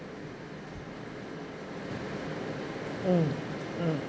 mm